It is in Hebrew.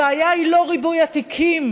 הבעיה היא לא ריבוי התיקים,